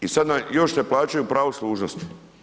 I sada još se plaćaju pravo služnosti.